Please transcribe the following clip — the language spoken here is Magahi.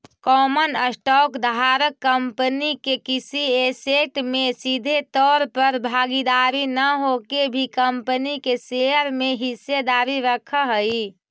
कॉमन स्टॉक धारक कंपनी के किसी ऐसेट में सीधे तौर पर भागीदार न होके भी कंपनी के शेयर में हिस्सेदारी रखऽ हइ